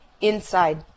inside